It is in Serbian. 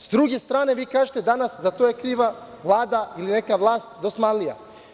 S druge strane, vi kažete danas – za to je kriva vlada i neka vlast dosmanlija.